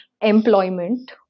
employment